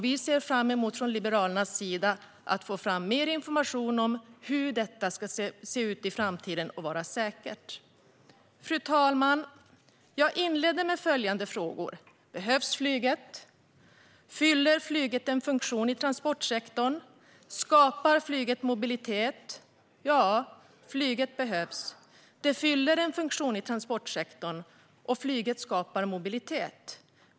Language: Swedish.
Liberalerna ser fram emot att få fram mer information om hur detta ska se ut i framtiden och vara säkert. Fru talman! Jag inledde med följande frågor: Behövs flyget? Fyller flyget en funktion i transportsektorn? Skapar flyget mobilitet? Ja, flyget behövs. Det fyller en funktion i transportsektorn, och det skapar mobilitet.